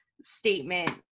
statement